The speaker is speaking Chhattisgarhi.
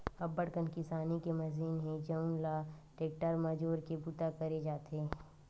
अब्बड़ कन किसानी के मसीन हे जउन ल टेक्टर म जोरके बूता करे जाथे